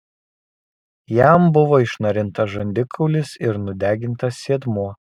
jam buvo išnarintas žandikaulis ir nudegintas sėdmuo